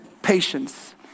Patience